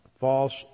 false